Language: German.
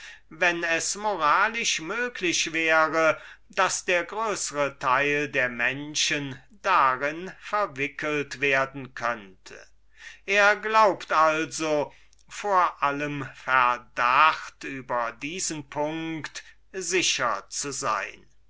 wenn es moralisch möglich wäre daß der größere teil der menschen damit angesteckt werden könnte wir glauben also vor allem verdacht über diesen artikel sicher zu sein